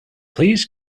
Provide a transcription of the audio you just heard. please